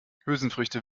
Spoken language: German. hülsenfrüchte